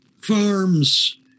farms